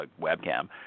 webcam